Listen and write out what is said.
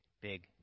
big